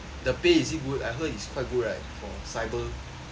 the pay is it good I heard is quite good right for cyber